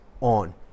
on